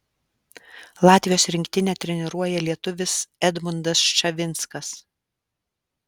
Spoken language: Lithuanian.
latvijos rinktinę treniruoja lietuvis edmundas ščavinskas